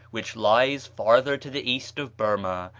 which lies farther to the east of burmah,